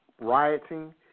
rioting